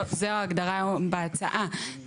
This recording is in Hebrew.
זו ההגדרה היום בהצעה,